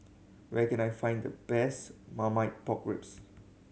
where can I find the best Marmite Pork Ribs